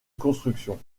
construction